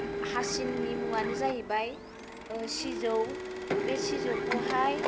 हासिननि मुंआनो जाहैबाय ओ सिजौ बे सिजौखौहाय